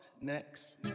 next